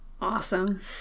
Awesome